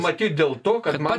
matyt dėl to kad man